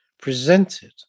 presented